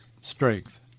strength